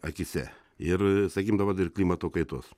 akyse ir sakykim dabar dėl klimato kaitos